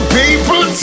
people